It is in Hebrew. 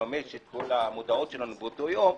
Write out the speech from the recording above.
לממש את כל המודעות שלנו באותו יום,